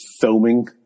filming